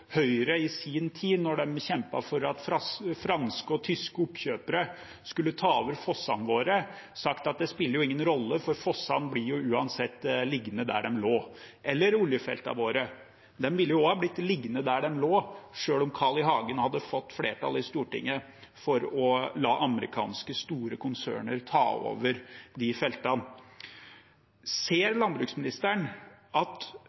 Høyre i sin tid, da de kjempet for at franske og tyske oppkjøpere skulle ta over fossene våre, sagt at det spilte ingen rolle, for fossene ble uansett liggende der de lå. Oljefeltene våre ville også blitt liggende der de lå, selv om Carl I. Hagen hadde fått flertall i Stortinget for å la store amerikanske konserner overta dem. Ser landbruksministeren at